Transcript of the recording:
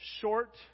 short